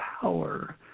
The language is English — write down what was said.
power